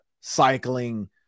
cycling